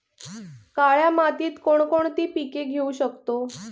काळ्या मातीत कोणकोणती पिके घेऊ शकतो?